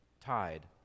tied